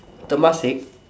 Temasek